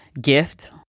gift